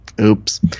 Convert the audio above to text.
Oops